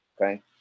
Okay